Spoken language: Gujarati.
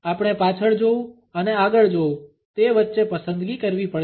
આપણે પાછળ જોવું અને આગળ જોવું તે વચ્ચે પસંદગી કરવી પડશે